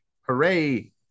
hooray